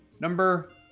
number